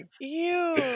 Ew